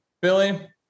Billy